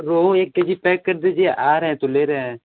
रोहू एक K G pack कर दीजिए आ रहें तो ले रें